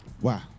Wow